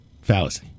fallacy